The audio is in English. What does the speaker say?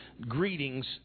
greetings